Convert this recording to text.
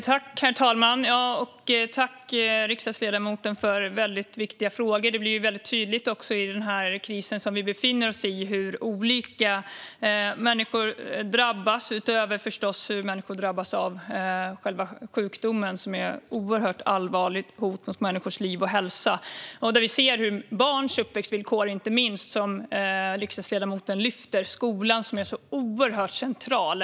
Herr talman! Tack, riksdagsledamoten, för väldigt viktiga frågor! I den kris som vi befinner oss i blir det väldigt tydligt hur olika människor drabbas, utöver hur de drabbas av själva sjukdomen, som är ett oerhört allvarligt hot mot människors liv och hälsa. Inte minst ser vi hur detta påverkar barns uppväxtvillkor, som riksdagsledamoten lyfter. Skolan är oerhört central.